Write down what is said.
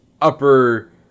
upper